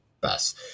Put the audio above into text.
best